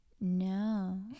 No